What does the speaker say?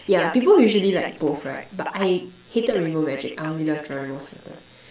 yeah people usually like both right but I hated rainbow magic I only love Geronimo-Stilton